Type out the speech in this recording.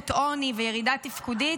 עוני וירידה תפקודית.